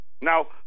Now